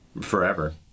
forever